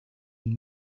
and